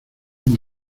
muy